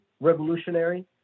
revolutionary